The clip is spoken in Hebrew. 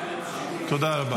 תודה רבה.